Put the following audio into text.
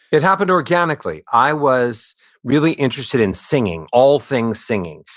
it happened organically. i was really interested in singing, all things singing,